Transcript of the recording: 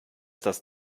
das